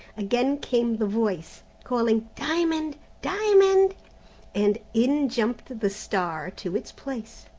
again came the voice, calling diamond, diamond and in jumped the star to its place.